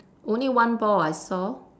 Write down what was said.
only one ball I saw